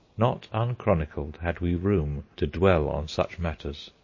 not unchronicled had we room to dwell on such matters.